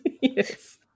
Yes